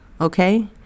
Okay